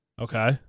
Okay